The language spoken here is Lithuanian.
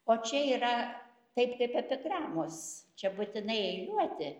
o čia yra taip kaip epigramos čia būtinai eiliuoti